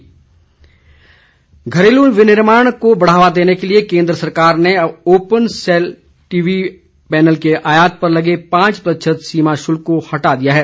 सीमा शुल्क घरेलू विनिर्माण को बढ़ावा देने के लिए केन्द्र सरकार ने ओपन सेल टीवी पैनल के आयात पर लगे पांच प्रतिशत सीमा शुल्क को हटा दिया है